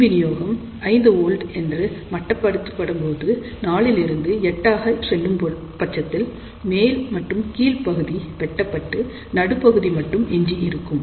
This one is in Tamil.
மின்வினியோகம் 5V என்று மட்டுப்படுத்தப்படும் போது 4 இலிருந்து 8V ஆக செல்லும் பட்சத்தில் மேல் மற்றும் கீழ்ப்பகுதி வெட்டப்பட்டு நடுப்பகுதி மட்டும் எஞ்சி இருக்கும்